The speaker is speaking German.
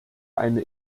eine